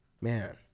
Man